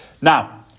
Now